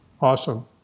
Awesome